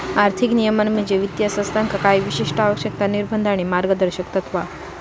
आर्थिक नियमन म्हणजे वित्तीय संस्थांका काही विशिष्ट आवश्यकता, निर्बंध आणि मार्गदर्शक तत्त्वा